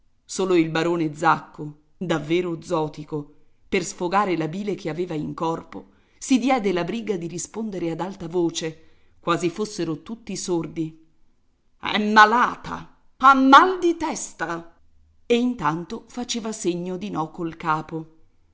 solo il barone zacco da vero zotico per sfogare la bile che aveva in corpo si diede la briga di rispondere ad alta voce quasi fossero tutti sordi è malata ha mal di testa e intanto faceva segno di no col capo